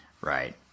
Right